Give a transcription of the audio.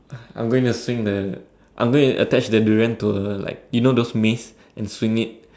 I'm going to swing the I'm going to attach the durian to a like you know those maize and swing it